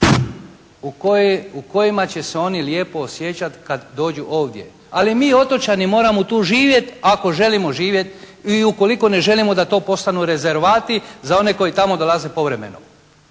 u kojima će se oni lijepo osjećat kad dođu ovdje. Ali mi otočani moramo tu živjeti ako želimo živjet i ukoliko ne želimo da to postanu rezervati za one koji dolaze tamo povremeno.